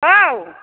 औ